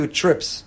trips